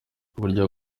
burya